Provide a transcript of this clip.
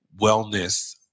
Wellness